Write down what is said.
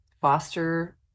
foster